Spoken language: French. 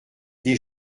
des